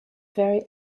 very